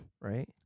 right